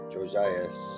Josias